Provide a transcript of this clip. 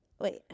Wait